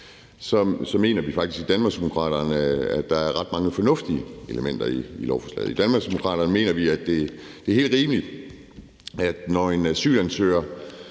mener vi faktisk i Danmarksdemokraterne, at der er ret mange fornuftige elementer i lovforslaget. I Danmarksdemokraterne mener vi, at det er helt rimeligt, at når en asylansøger